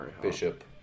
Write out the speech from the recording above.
Bishop